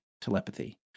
telepathy